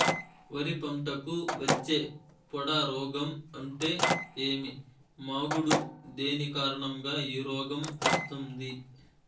వరి పంటకు వచ్చే పొడ రోగం అంటే ఏమి? మాగుడు దేని కారణంగా ఈ రోగం వస్తుంది?